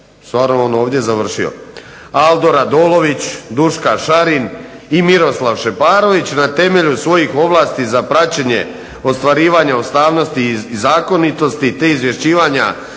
stvarno on ovdje završio, Aldo RAdolović, Duška Šarin i Miroslav Šeparović na temelju svojih ovlasti za praćenje ostvarivanja ustavnosti i zakonitosti te izvješćivanja